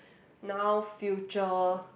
now future